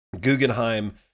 Guggenheim